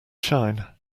shine